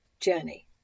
journey